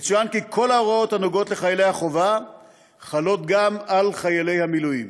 יצוין כי כל ההוראות הנוגעות לחיילי החובה חלות גם על חיילי המילואים.